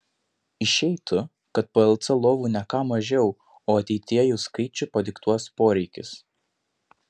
išeitų kad plc lovų ne ką mažiau o ateityje jų skaičių padiktuos poreikis